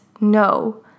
No